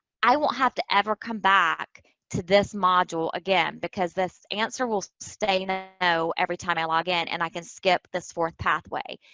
i won't have to ever come back to this module again, because this answer will stay no every time i login, and i can skip this fourth pathway.